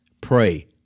pray